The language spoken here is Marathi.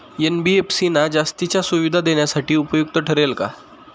एन.बी.एफ.सी ना जास्तीच्या सुविधा देण्यासाठी उपयुक्त ठरेल का?